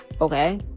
okay